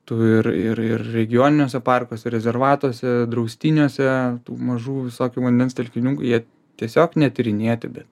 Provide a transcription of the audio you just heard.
tu ir ir ir regioniniuose parkuose rezervatuose draustiniuose tų mažų visokių vandens telkinių jie tiesiog netyrinėti bet